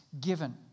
Given